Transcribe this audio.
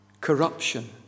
corruption